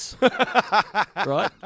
right